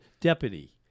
deputy